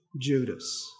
Judas